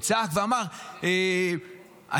הוא צעק ואמר: אתם,